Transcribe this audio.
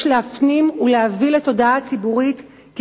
יש להפנים ולהביא לתודעה הציבורית כי